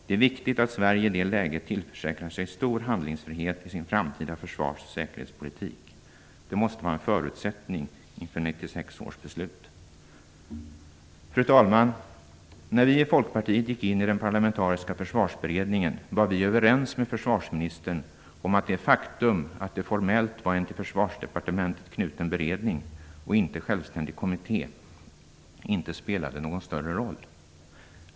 Det är viktigt att Sverige i det läget tillförsäkrar sig stor handlingsfrihet i sin framtida försvars och säkerhetspolitik. Det måste vara en förutsättning inför Fru talman! När vi i Folkpartiet gick in i den parlamentariska Försvarsberedningen var vi överens med försvarsministern om att det faktum att det formellt var en till Försvarsdepartementet knuten beredning och inte en självständig kommitté inte spelade någon större roll.